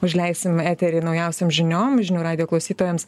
užleisim eterį naujausiom žiniom žinių radijo klausytojams